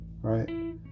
right